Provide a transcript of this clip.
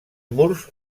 murs